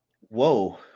whoa